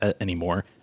anymore